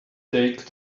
take